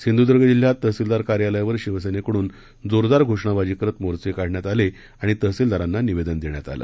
सिंधुद्ग जिल्ह्यात तहसीलदार कार्यालयावर शिवसेनेकडून जोरदार घोषणाबाजी करत मोर्चे काढण्यात आले आणि तहसीलदारांना निवेदन देण्यात आलं